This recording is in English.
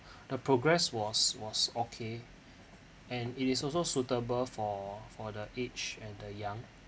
the progress was was okay and it is also suitable for for the aged and the young